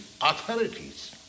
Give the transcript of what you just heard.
authorities